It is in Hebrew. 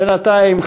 בינתיים,